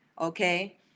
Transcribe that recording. Okay